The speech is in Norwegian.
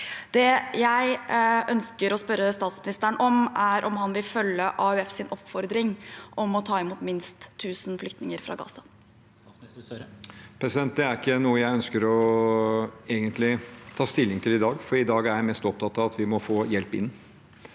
Det jeg ønsker å spørre statsministeren om, er om han vil følge AUFs oppfordring om å ta imot minst 1 000 flyktninger fra Gaza. Statsminister Jonas Gahr Støre Det er egentlig ikke noe jeg ønsker å ta stilling til i dag, for i dag er jeg mest opptatt av at vi må få hjelp inn.